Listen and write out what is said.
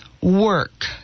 work